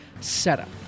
setup